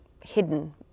hidden